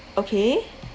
okay